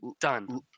Done